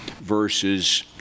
versus